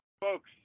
folks